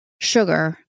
sugar